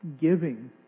Giving